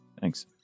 Thanks